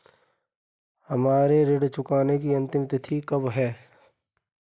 हमारी ऋण चुकाने की अंतिम तिथि कब है?